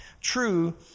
true